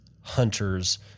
hunters